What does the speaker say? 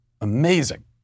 Amazing